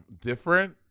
different